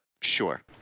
sure